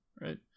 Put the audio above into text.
Right